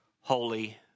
holy